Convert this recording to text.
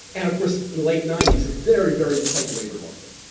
and of course in the late nineties, a very very tight labor market,